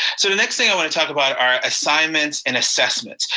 so the next thing i want to talk about are assignments and assessments.